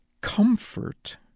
comfort